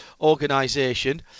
organization